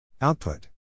Output